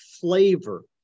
flavor